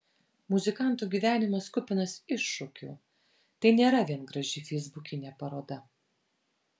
muzikantų gyvenimas kupinas iššūkių tai nėra vien graži feisbukinė paroda